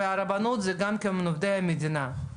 והרבנות זה גם כן עובדי מדינה,